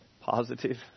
positive